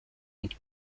und